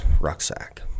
rucksack